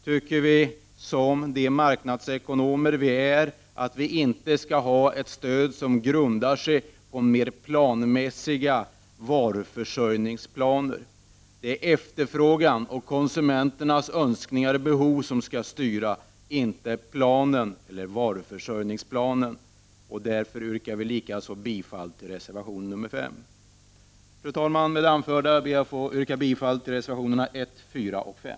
Här anser vi — som de marknadsekonomer vi är — att vi inte skall ha ett stöd som grundar sig på mer planmässiga varuförsörjningsplaner. Det är efterfrågan och konsumenternas önskningar och behov som skall styra, inte varuförsörjningsplaner. Därför yrkar jag bifall till reservation 5. Fru talman! Med det anförda ber jag att få yrka bifall till reservationerna 1,4 och 5.